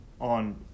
on